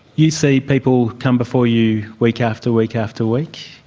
you see people come before you week after week after week.